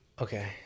Okay